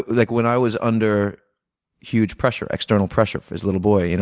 like when i was under huge pressure, external pressure for this little boy, you know